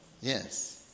Yes